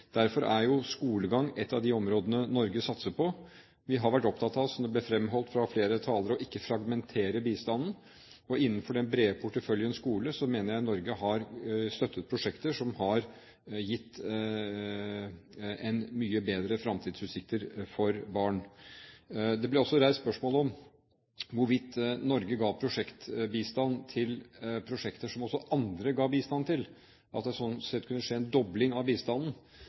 Derfor er jo skolegang ett av de områdene Norge satser på. Vi har vært opptatt av, som det ble fremholdt av flere talere, å ikke fragmentere bistanden. Innenfor den brede porteføljen skole mener jeg Norge har støttet prosjekter som har gitt mye bedre fremtidsutsikter for barn. Det ble også reist spørsmål om hvorvidt Norge gir prosjektbistand til prosjekter som også andre gir bistand til, at det slik sett kunne skje en dobling av bistanden.